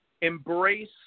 embrace